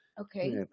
Okay